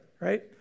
right